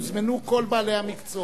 הוזמנו כל בעלי המקצוע.